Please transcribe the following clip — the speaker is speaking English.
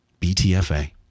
BTFA